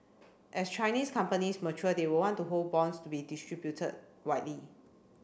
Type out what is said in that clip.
as Chinese companies mature they will want to hold bonds to be distributed widely